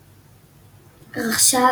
Investments רכשה